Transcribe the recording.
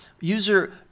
user